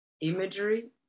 imagery